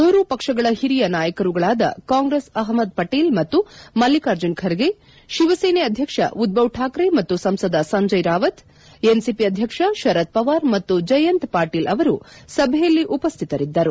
ಮೂರೂ ಪಕ್ಷಗಳ ಹಿರಿಯ ನಾಯಕರುಗಳಾದ ಕಾಂಗ್ರೆಸ್ ಅಹ್ಲದ್ ಪಟೇಲ್ ಮತ್ತು ಮಲ್ಲಿಕಾರ್ಜುನ್ ಖರ್ಗೆ ಶಿವಸೇನೆ ಅಧ್ಯಕ್ಷ ಉದ್ದವ್ ಶಾಕ್ರೆ ಮತ್ತು ಸಂಸದ ಸಂಜಯ್ ರಾವತ್ ಎನ್ಸಿಪಿ ಅಧ್ಯಕ್ಷ ಶರದ್ ಪವಾರ್ ಮತ್ತು ಜಯಂತ್ ಪಾಟೀಲ್ ಅವರು ಸಭೆಯಲ್ಲಿ ಉಪಸ್ಥಿತರಿದ್ದರು